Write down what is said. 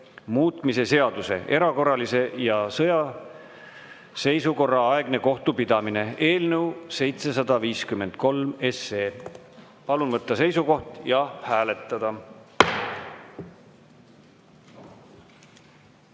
muutmise seaduse (erakorralise ja sõjaseisukorra aegne kohtupidamine) eelnõu 753. Palun võtta seisukoht ja hääletada!